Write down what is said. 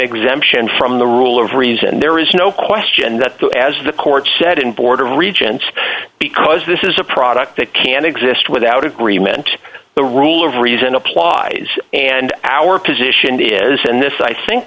exemption from the rule of reason there is no question that the as the court said in board of regents because this is a product that can exist without agreement the rule of reason applies and our position is and this i think